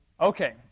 Okay